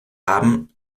haben